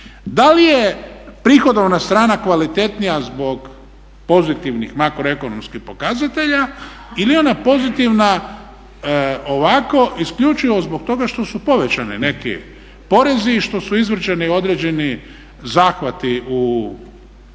Da li je prihodovna strana kvalitetnija zbog pozitivnih makroekonomskih pokazatelja ili je ona pozitivna ovako isključivo zbog toga što su povećani neki porezi i što su izvršeni određeni zahvati u